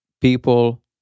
people